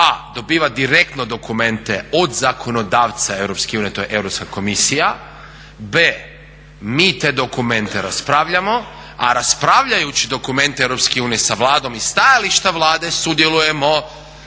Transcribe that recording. a) dobivati direktno dokumente od zakonodavca EU to je Europska komisija, b) mi te dokumente raspravljamo, a raspravljajući dokumente EU sa Vladom i stajališta Vlade sudjelujemo